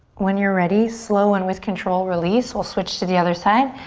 when you're ready, slow and with control release. we'll switch to the other side.